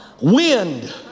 Wind